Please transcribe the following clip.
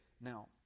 Now